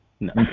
No